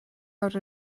awr